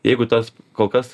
jeigu tas kol kas